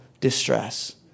distress